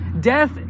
Death